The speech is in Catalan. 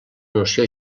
noció